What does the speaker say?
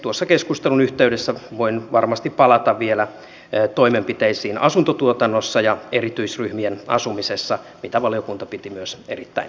tuossa keskustelun yhteydessä voin varmasti palata vielä toimenpiteisiin asuntotuotannossa ja erityisryhmien asumisessa mitä valiokunta piti myös erittäin tärkeänä